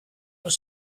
was